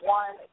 one